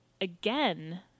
again